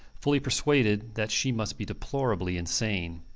fully persuaded that she must be deplorably insane.